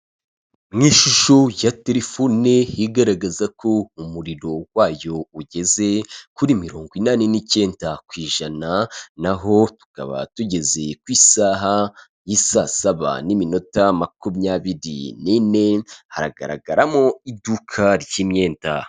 Ni ishusho ya terefone igaragaza ko umuriro wayo ugeze kuri mirongo inani n'icyenda ku ijana, naho tukaba tugeze ku isaha y'isaa saba n'iminota makumyabiri nine, haragaragaramo iduka ry'imyenda.